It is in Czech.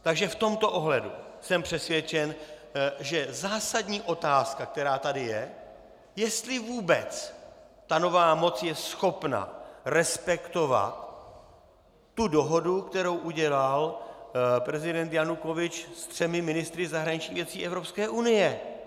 Takže v tomto ohledu jsem přesvědčen, že zásadní otázka, která tady je, je, jestli vůbec nová moc je schopna respektovat dohodu, kterou udělal prezident Janukovyč s třemi ministry zahraničních věcí Evropské unie.